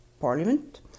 Parliament